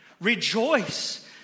Rejoice